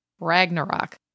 Ragnarok